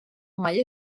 mai